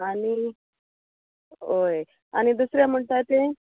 आनी ओय आनी दुसरें म्हणटा तें